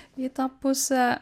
į tą pusę